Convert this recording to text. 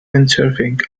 windsurfing